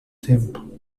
tempo